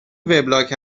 وبلاگ